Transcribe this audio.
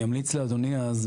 אני אמליץ לאדוני אז,